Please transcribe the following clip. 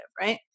right